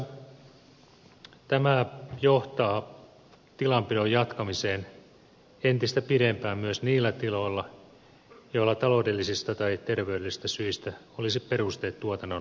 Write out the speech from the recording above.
käytännössä tämä johtaa tilanpidon jatkamiseen entistä pidempään myös niillä tiloilla joilla taloudellisista tai terveydellisistä syistä olisi perusteet tuotannon lopettamiseen